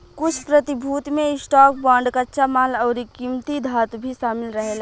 कुछ प्रतिभूति में स्टॉक, बांड, कच्चा माल अउरी किमती धातु भी शामिल रहेला